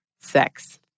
sex